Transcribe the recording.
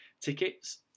tickets